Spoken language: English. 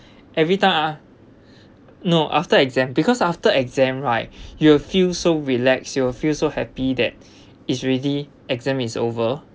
every time ah no after exam because after exam right you will feel so relax you will feel so happy that is ready exam is over